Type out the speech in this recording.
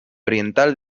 oriental